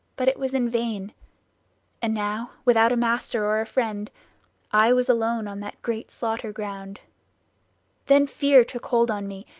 but it was in vain and now without a master or a friend i was alone on that great slaughter ground then fear took hold on me,